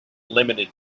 limited